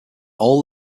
all